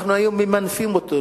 אנחנו היום ממנפים אותו,